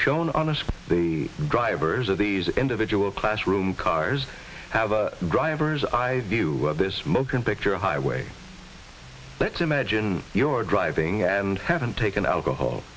shown others the drivers of these individual classroom cars have a driver's i view this smoke and picture a highway let's imagine you're driving and haven't taken alcohol